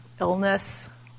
illness